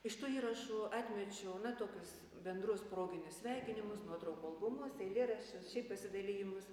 iš tų įrašų atmečiau na tokius bendrus proginius sveikinimus nuotraukų albumus eilėraščius šiaip pasidalijimus